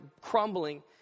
crumbling